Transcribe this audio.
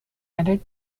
added